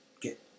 get